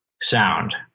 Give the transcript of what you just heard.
sound